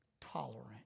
tolerant